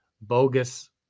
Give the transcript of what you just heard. bogus